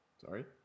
Sorry